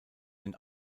den